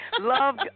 Love